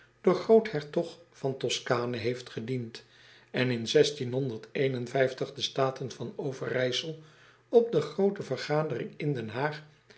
den groothertog van oscane heeft gediend en in de taten van verijsel op de groote ergadering in den aag